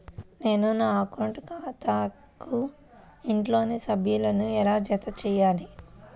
నేను నా అకౌంట్ ఖాతాకు ఇంట్లోని సభ్యులను ఎలా జతచేయాలి?